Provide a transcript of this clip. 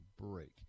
break